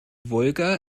wolga